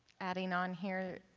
adding on here.